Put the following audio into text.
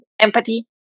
empathy